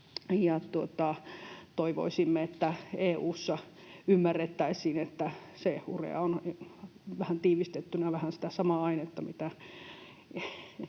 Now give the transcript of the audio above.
Toivoisimme, että EU:ssa ymmärrettäisiin, että se urea on, vähän tiivistettynä, sitä samaa ainetta, mitä